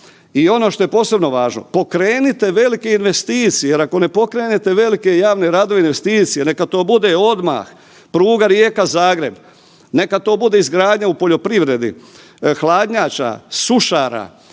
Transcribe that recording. I ono što je posebno važno. Pokrenite velike investicije jer ako ne pokrenete velike javne radove i investicije, neka to bude odmah. Pruga Rijeka-Zagreb. Neka to bude izgradnja u poljoprivredi, hladnjača, sušara,